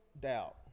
doubt